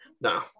No